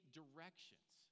directions